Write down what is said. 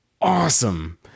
awesome